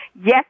Yes